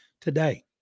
today